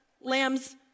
lamb's